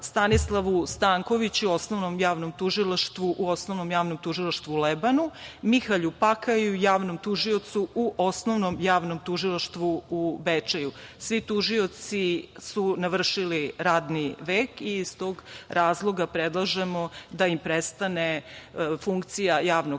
Stanislavu Stankoviću, u Osnovnom javnom tužilaštvu u Lebanu, Mihalju Pakaju, javnom tužiocu u Osnovnom javnom tužilaštvu u Bečeju. Svi tužioci su navršili radni vek i iz tog razloga predlažemo da im prestane funkcija javnog